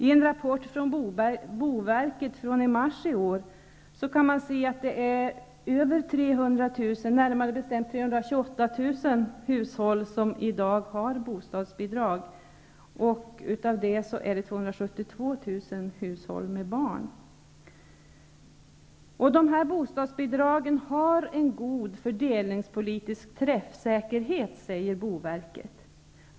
I en rapport från boverket från i mars i år kan man se att det finns 328 000 hushåll som har bostadsbidrag i dag, varav 272 000 är hushåll med barn. Bostadsbidragen har god fördelningspolitisk träffsäkerhet, säger boverket.